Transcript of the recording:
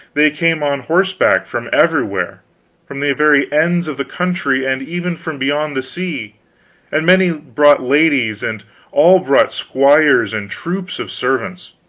they came on horseback from everywhere from the very ends of the country, and even from beyond the sea and many brought ladies, and all brought squires and troops of servants.